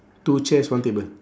two chairs one table